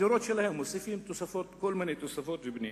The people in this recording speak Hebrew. בדירות שלהם מוסיפים כל מיני תוספות בנייה.